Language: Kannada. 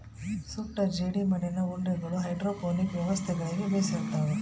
ಸುಟ್ಟ ಜೇಡಿಮಣ್ಣಿನ ಉಂಡಿಗಳು ಹೈಡ್ರೋಪೋನಿಕ್ ವ್ಯವಸ್ಥೆಗುಳ್ಗೆ ಬೆಶಿರ್ತವ